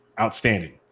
outstanding